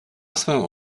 swoją